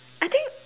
I think